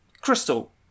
Crystal